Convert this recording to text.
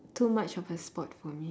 too much of a sport for me